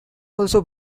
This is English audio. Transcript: also